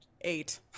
Eight